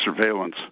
surveillance